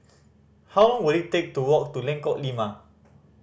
how long will it take to walk to Lengkok Lima